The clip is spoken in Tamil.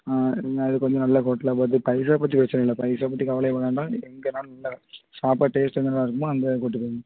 ஆ நான் இது கொஞ்சம் நல்ல ஹோட்டலாக பார்த்து பைசா பற்றி பிரச்சனை இல்லை பைசா பற்றி கவலையே பட வேண்டாம் நீங்கள் எங்கேனாலும் இல்லை சாப்பாடு டேஸ்ட் எங்கே நல்லா இருக்குமோ அங்கே கூட்டிப்போங்க